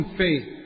faith